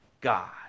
God